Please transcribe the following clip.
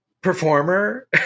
performer